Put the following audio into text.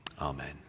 Amen